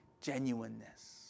Genuineness